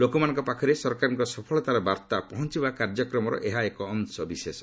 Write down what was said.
ଲୋକଙ୍କ ପାଖରେ ସରକାରଙ୍କ ସଫଳତାର ବାର୍ତ୍ତା ପହଞ୍ଚାଇବା କାର୍ଯ୍ୟକ୍ରମର ଏହା ଏକ ଅଂଶବିଶେଷ